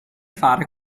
fare